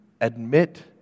admit